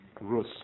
Rus